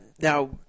now